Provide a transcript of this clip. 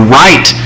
right